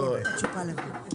טוב.